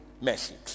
message